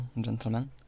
gentlemen